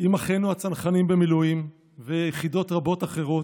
עם אחינו הצנחנים במילואים, ויחידות רבות אחרות,